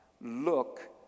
look